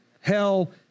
hell